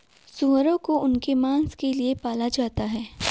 सूअरों को उनके मांस के लिए पाला जाता है